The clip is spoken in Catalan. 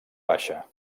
baixa